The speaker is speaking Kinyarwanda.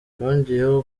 yongeyeho